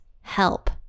help